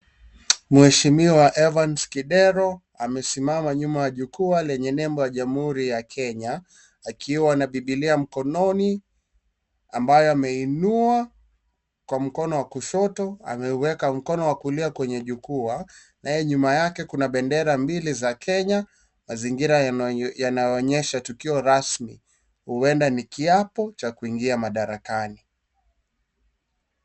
Mheshimiwa Evans Kidero amesimama nyuma ya jukwaa yenye nembo ya jamiuhuri ya kenya. Akiwa na bibilia mkononi ambayo ameinua kwa mkono wa kushoto, ameiweka mkono wa kulia kwenye jukwaa, naye nyuma yake kuna bendera mbili za Kenya. Mazingira yanaonyesha tukio rasmi huenda ni kiapo cha kuingia madarakani.